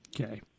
Okay